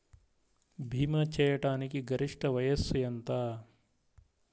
భీమా చేయాటానికి గరిష్ట వయస్సు ఎంత?